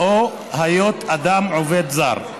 או היות אדם עובד זר,